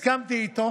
הסכמתי איתו